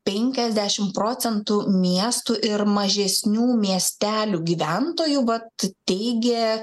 penkiasdešimt procentų miestų ir mažesnių miestelių gyventojų vat teigia